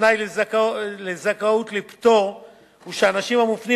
ותנאי לזכאות לפטור הוא שהאנשים המופנים